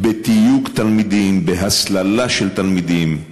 בתיוג תלמידים, בהסללה של תלמידים.